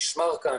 נשמרת כאן.